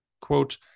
quote